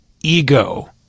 ego